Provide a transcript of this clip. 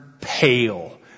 pale